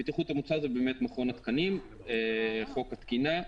בטיחות המוצר זה באמת מכון התקנים, חוק התקינה.